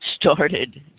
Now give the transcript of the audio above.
started